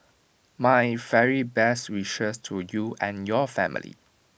my very best wishes to you and your family